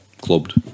Clubbed